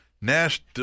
Nash